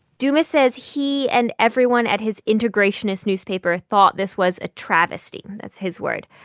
dumas says he and everyone at his integrationist newspaper thought this was a travesty that's his word.